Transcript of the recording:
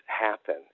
happen